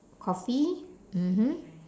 coffee mmhmm